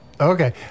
Okay